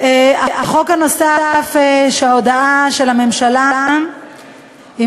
הודעה נוספת של הממשלה היא